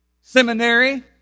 seminary